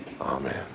Amen